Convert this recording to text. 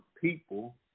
people